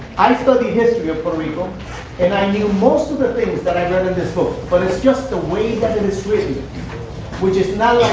i study history of puerto rico and i knew most of the things that i read in this book. but it's just the way that it is written which is not